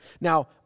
Now